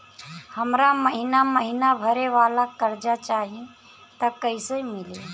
हमरा महिना महीना भरे वाला कर्जा चाही त कईसे मिली?